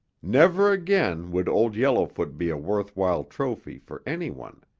never again would old yellowfoot be a worth-while trophy for anyone.